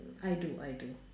I do I do